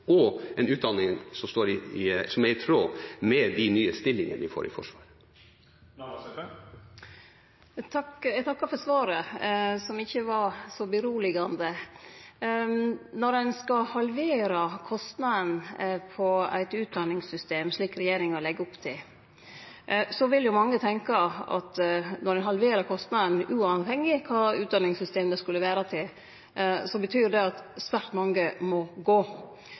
som er i tråd med de nye stillingene vi får i Forsvaret. Eg takkar for svaret, som ikkje var så roande. Når ein skal halvere kostnaden på eit utdanningssystem, slik regjeringa legg opp til, vil jo mange tenkje at uavhengig kva utdanningssystem det skulle gjelde, betyr det at svært mange må gå.